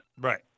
Right